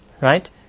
Right